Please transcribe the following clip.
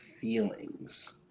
feelings